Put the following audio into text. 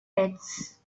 pits